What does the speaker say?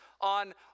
on